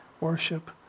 worship